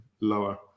lower